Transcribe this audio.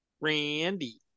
Randy